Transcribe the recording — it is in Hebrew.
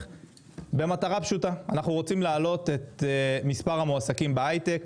במטרה פשוטה אנחנו רוצים להעלות את מספר המועסקים בהיי-טק.